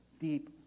deep